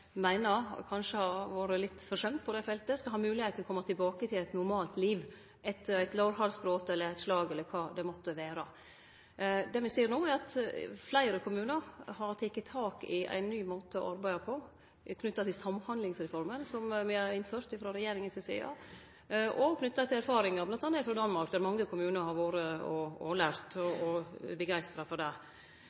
meiner kanskje har vore litt forsømte på det feltet, skal ha moglegheit til å kome tilbake til eit normalt liv etter eit lårhalsbrot eller eit slag, eller kva det måtte vere. Det me ser no, er at fleire kommunar har teke tak i ein ny måte å jobbe på knytt til Samhandlingsreformen, som me har innført frå regjeringa si side, og òg knytt til erfaringar frå m.a. Danmark, der mange kommunar har vore og lært, og er begeistra for det.